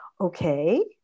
okay